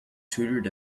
tutored